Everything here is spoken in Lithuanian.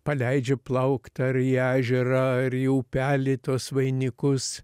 paleidžia plaukt ar į ežerą ar į upelį tuos vainikus